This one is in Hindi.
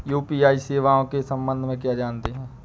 यू.पी.आई सेवाओं के संबंध में क्या जानते हैं?